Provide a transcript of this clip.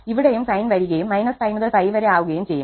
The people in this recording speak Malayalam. ഇവിടെയും സൈൻ വരികയും 𝜋 മുതൽ 𝜋 വരെ ആകുകയും ചെയ്യും